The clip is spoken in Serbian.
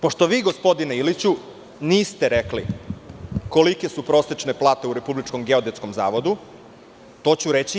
Pošto vi, gospodine Iliću, niste rekli kolike su prosečne plate u Republičkom geodetskom zavodu, to ću reći ja.